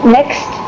Next